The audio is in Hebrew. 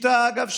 אגב,